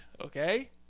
Okay